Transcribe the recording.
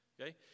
Okay